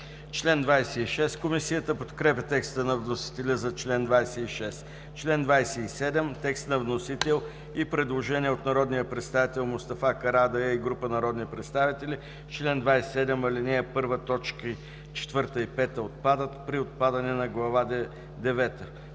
КИРИЛОВ: Комисията подкрепя текста на вносителя за чл. 26. Член 27 – текст на вносител. Предложение на народния представител Мустафа Карадайъ и група народни представители: „В чл. 27, ал. 1 т. 4 и 5 отпадат при отпадане на Глава